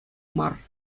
мар